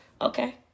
Okay